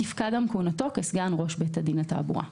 תפקע גם כהונתו כסגן ראש בית הדין לתעבורה.